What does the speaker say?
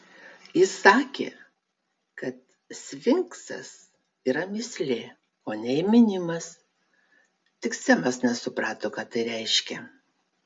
jis sakė kad sfinksas yra mįslė o ne įminimas tik semas nesuprato ką tai reiškia